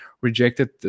rejected